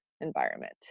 environment